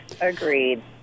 agreed